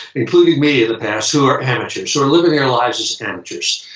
including me in the past, who are amateurs, who are living their lives as amateurs.